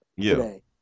today